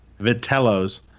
Vitello's